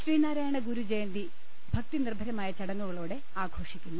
ശ്രീനാരായണ്ഗുരു ജയന്തി ഭക്തനിർഭരമായ ചടങ്ങുകളോടെ ആഘോഷിക്കുന്നു